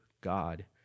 God